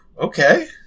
okay